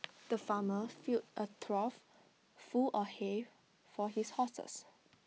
the farmer filled A trough full of hay for his horses